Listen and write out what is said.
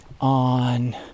on